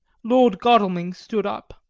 lord godalming stood up.